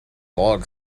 log